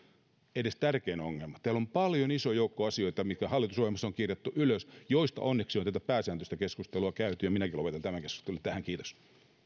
edes ole suomalaisen yhteiskunnan tärkein ongelma täällä on paljon iso joukko asioita mitkä hallitusohjelmassa on kirjattu ylös joista onneksi on tätä pääsääntöistä keskustelua käyty ja minäkin lopetan tämän keskustelun tähän kiitos